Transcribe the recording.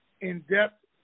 in-depth